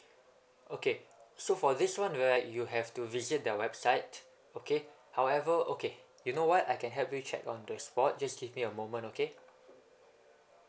okay so for this one right you have to visit their website okay however okay you know what I can help you check on the spot just give me a moment okay